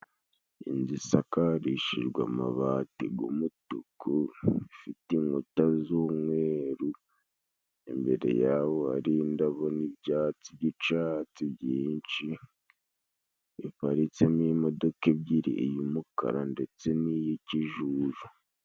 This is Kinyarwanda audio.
Inzu isakarishijwe amabati g'umutuku ifite inkuta z'umweru, imbere yaho hari indabo n'ibyatsi by'icatsi byinshi, biparitsemo imodoka ebyiri iy'umukara ndetse n'iy'ikijuju.